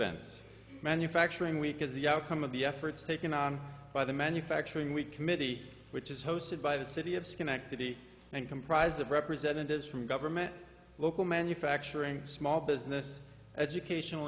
events manufacturing week is the outcome of the efforts taken on by the manufacturing we committee which is hosted by the city of schenectady and comprised of representatives from government local manufacturing small business educational